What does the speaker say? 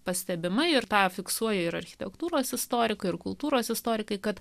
pastebima ir tą fiksuoja ir architektūros istorikų ir kultūros istorikai kad